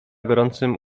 gorącym